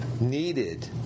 needed